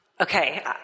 Okay